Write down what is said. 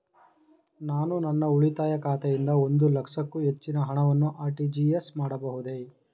ನಾನು ನನ್ನ ಉಳಿತಾಯ ಖಾತೆಯಿಂದ ಒಂದು ಲಕ್ಷಕ್ಕೂ ಹೆಚ್ಚಿನ ಹಣವನ್ನು ಆರ್.ಟಿ.ಜಿ.ಎಸ್ ಮಾಡಬಹುದೇ?